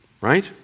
Right